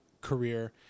career